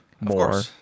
more